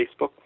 Facebook